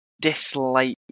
dislike